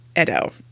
Edo